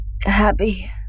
happy